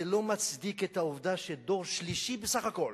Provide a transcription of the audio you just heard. זה לא מצדיק את העובדה שדור שלישי בסך הכול,